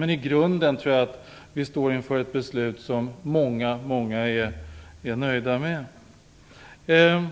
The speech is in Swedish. Men i grunden står vi inför ett beslut som många är nöjda med. Det är